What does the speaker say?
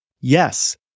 Yes